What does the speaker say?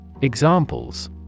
Examples